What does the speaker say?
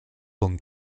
con